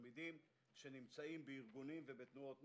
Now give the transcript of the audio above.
התלמידים שנמצאים בארגונים ובתנועות נוער,